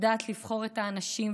לדעת לבחור את האנשים,